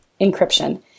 encryption